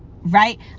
right